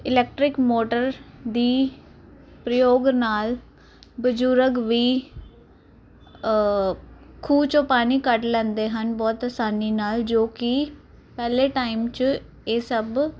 electric motor ਦੀ ਪ੍ਰਯੋਗ ਨਾਲ ਬਜ਼ੁਰਗ ਵੀ ਖੂਹ ਚੋਂ ਪਾਣੀ ਕੱਢ ਲੈਂਦੇ ਹਨ ਬਹੁਤ ਆਸਾਨੀ ਨਾਲ ਜੋ ਕਿ ਪਹਿਲੇ ਟਾਈਮ 'ਚ ਇਹ ਸਭ